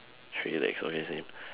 three legs okay same